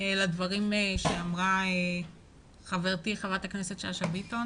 לדברים שאמרה חברתי חברת הכנסת שאשא ביטון